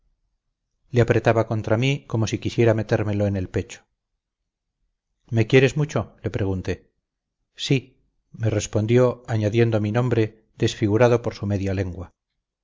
le apretaba contra mí como si quisiera metérmelo en el pecho me quieres mucho le pregunté sí me respondió añadiendo mi nombre desfigurado por su media lengua